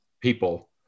people